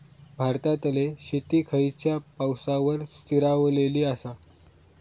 भारतातले शेती खयच्या पावसावर स्थिरावलेली आसा?